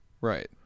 Right